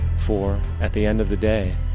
for, at the end of the day,